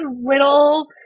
little